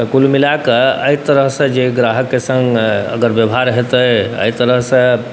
कुल मिलाकऽ एहि तरहसँ जे अगर ग्राहकके सङ्ग अगर बेवहार हेतै एहि तरहसँ